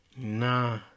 Nah